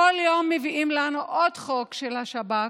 בכל יום מביאים לנו עוד חוק של השב"כ,